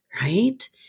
right